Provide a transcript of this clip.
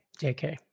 JK